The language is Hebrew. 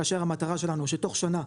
כאשר המטרה שלנו שתוך שנה,